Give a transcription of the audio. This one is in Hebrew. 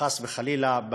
חס וחלילה,